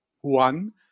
one